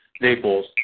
Naples